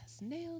nailed